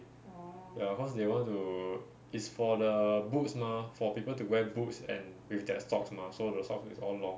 ya cause they want to is for the boots mah for people to wear boots and with their socks mah so the socks is all long